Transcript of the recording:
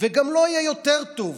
וגם לא יהיה יותר טוב.